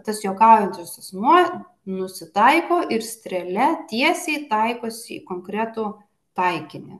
tas juokaujantis asmuo nusitaiko ir strėle tiesiai taikosi į konkretų taikinį